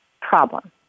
problem